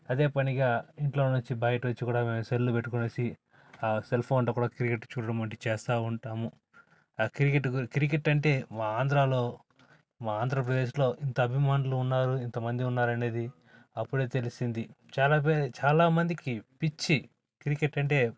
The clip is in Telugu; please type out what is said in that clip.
అదే పనిగా ఇంట్లో నుంచి బయట వచ్చి కూడా మేము సెల్లు పెట్టుకునేసి ఆ సెల్ఫోన్లో కూడా క్రికెట్ చూడడం వంటి చేస్తా ఉంటాము క్రికెట్ గురించి క్రికెట్ అంటే ఆంధ్రప్రదేశ్లో మా ఆంధ్రప్రదేశ్లో ఇంత అభిమానులు ఉన్నారు ఇంతమంది ఉన్నారు అనేది అప్పుడే తెలిసింది చాలా పే చాలామందికి పిచ్చి క్రికెట్ అంటే